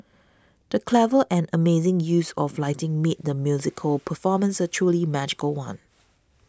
the clever and amazing use of lighting made the musical performance a truly magical one